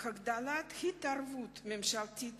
הגדלת ההתערבות הממשלתית